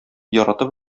яратып